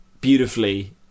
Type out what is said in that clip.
beautifully